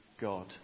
God